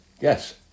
Yes